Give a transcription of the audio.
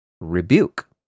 rebuke